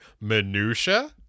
Minutia